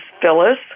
Phyllis